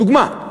דוגמה.